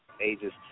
ages